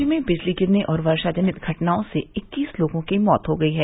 राज्य में बिजली गिरने और वर्षा जनित घटनाओं से इक्कीस लोगों की मौत हो गयी है